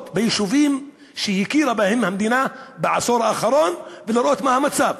לפחות ביישובים שהמדינה הכירה בהם בעשור האחרון ולראות מה המצב,